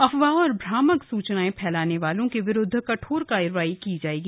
अफवाह और भ्रामक सूचनाएं फैलाने वालों के विरूद्व कठोर कार्रवाई की जाएगी